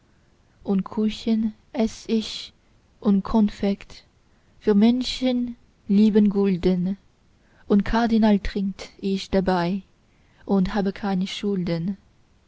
und kuchen eß ich und konfekt für manchen lieben gulden und kardinal trink ich dabei und habe keine schulden